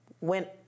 Went